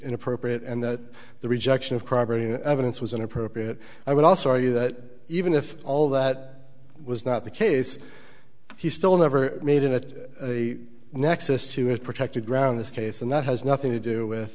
inappropriate and that the rejection of property evidence was inappropriate i would also argue that even if all that was not case he still never made it a nexus to have protected ground this case and that has nothing to do with